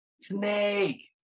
snake